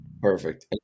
Perfect